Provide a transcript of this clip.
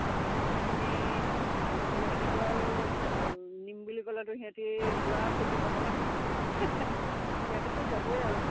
বাকীখিনিক ল'ৰা ছোৱালীখিনিতো আৰু নিম বুলি ক'লেতো সিহঁতে পূৰা ফূৰ্তি পাব নহ্ সিহঁতেতো যাবই আৰু